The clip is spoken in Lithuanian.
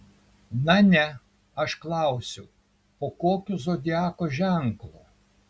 na ne aš klausiu po kokiu zodiako ženklu